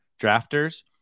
drafters